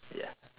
ya